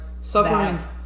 Suffering